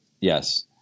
Yes